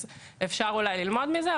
אז אפשר אולי ללמוד מזה,